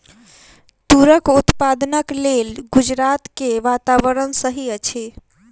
तूरक उत्पादनक लेल गुजरात के वातावरण सही अछि